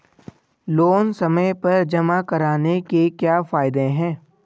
Loan समय पर जमा कराने के क्या फायदे हैं?